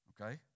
Okay